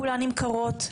כולן נמכרות,